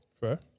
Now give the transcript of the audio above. Fair